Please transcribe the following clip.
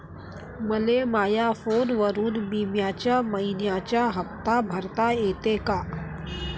मले माया फोनवरून बिम्याचा मइन्याचा हप्ता भरता येते का?